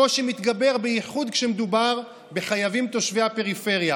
הקושי מתגבר בייחוד כשמדובר בחייבים תושבי הפריפריה